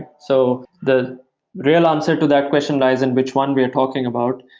so the real answer to that question lies in which one we are talking about.